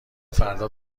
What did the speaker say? فردا